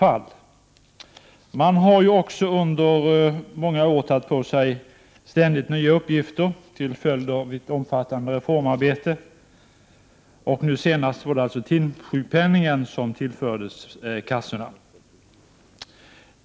Till följd av ett omfattande reformarbete har försäkringskassorna under många år ständigt tagit på sig nya uppgifter. Nu senast var det hanteringen av timsjukpenningen som tillfördes kassorna.